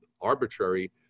arbitrary